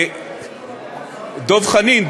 דב חנין,